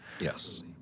yes